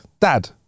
dad